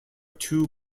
two